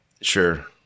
Sure